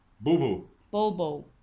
Bobo